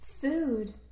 Food